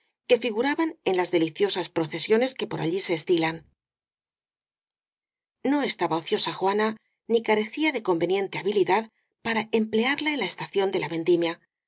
que figuraban en las deliciosas pro cesiones que por allí se estilan no estaba ociosa juana ni carecía de convenien te habilidad para emplearla en la estación de la